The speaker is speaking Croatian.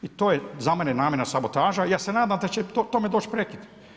I to je za mene namjerna sabotaža i ja se nadam da će tome doći prekid.